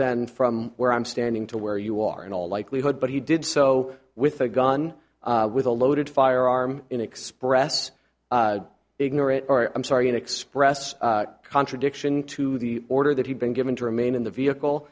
than from where i'm standing to where you are in all likelihood but he did so with a gun with a loaded firearm in express ignore it or i'm sorry an express contradiction to the order that he'd been given to remain in the vehicle